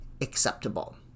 acceptable